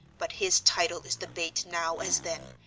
but his title is the bait now as then,